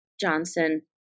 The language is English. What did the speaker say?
Johnson